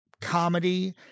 comedy